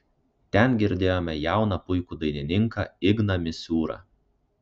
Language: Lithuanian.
ten girdėjome jauną puikų dainininką igną misiūrą